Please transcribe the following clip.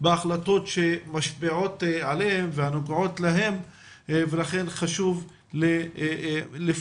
בהחלטות שמשפיעות עליהם והנוגעות להם ולכן חשוב לפעול